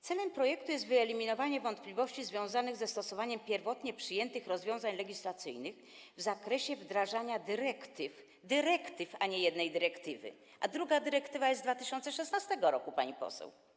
Celem projektu jest wyeliminowanie wątpliwości związanych ze stosowaniem pierwotnie przyjętych rozwiązań legislacyjnych w zakresie wdrażania dyrektyw - dyrektyw, a nie jednej dyrektywy, druga dyrektywa jest z 2016 r., pani poseł.